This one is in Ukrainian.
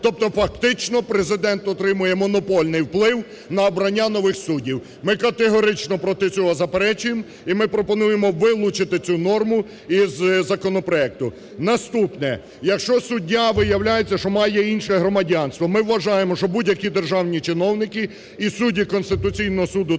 Тобто фактично Президент отримує монопольний вплив на обрання нових суддів. Ми категорично проти цього заперечуємо. І ми пропонуємо вилучити цю норму із законопроекту. Наступне. Якщо суддя виявляється, що має інше громадянство, ми вважаємо, що будь-які державні чиновники і судді Конституційного Суду